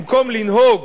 במקום לנהוג